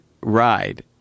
ride